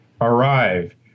arrive